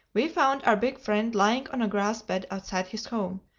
we found our big friend lying on a grass bed outside his home,